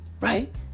right